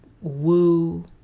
woo